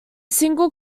single